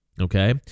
Okay